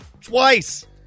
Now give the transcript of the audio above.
twice